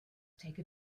take